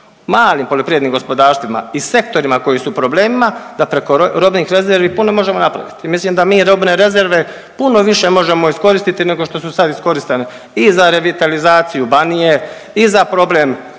malim poljoprivrednim gospodarstvima i sektorima koji su u problemima da preko robnih rezervi puno možemo napraviti. I mislim da mi robne rezerve puno više možemo iskoristiti nego što su sad iskorištene i za revitalizaciju Banije i za problem